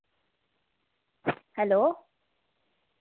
hello